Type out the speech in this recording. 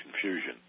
confusion